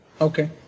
Okay